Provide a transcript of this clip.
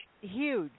huge